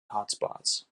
hotspots